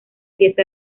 pieza